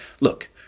look